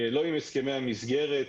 לא עם הסכמי המסגרת,